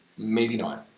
maybe not.